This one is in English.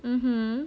mmhmm